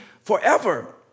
forever